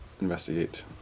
investigate